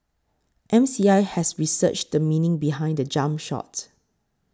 M C I has researched the meaning behind the jump shot